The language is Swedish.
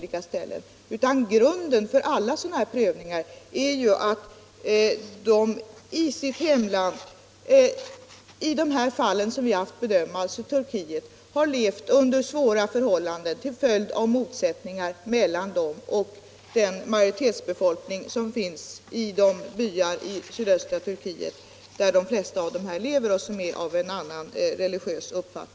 I alla de fall som vi har prövat har grunden för vårt ställningstagande varit att vederbörande i sitt hemland har levt under svåra förhållanden till följd av religiösa motsättningar mellan dem och den majoritetsbefolkning som finns i de byar i sydöstra Turkiet där de flesta av dem har bott.